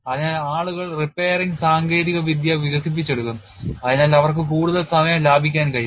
അതിനാൽ ആളുകൾ repairing സാങ്കേതികവിദ്യ വികസിപ്പിച്ചെടുക്കുന്നു അതിനാൽ അവർക്ക് കൂടുതൽ സമയം ലാഭിക്കാൻ കഴിയും